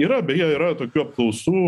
yra beje yra tokių apklausų